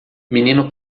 menino